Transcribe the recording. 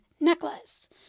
necklace